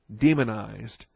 demonized